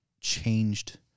changed